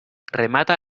remata